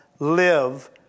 live